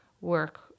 work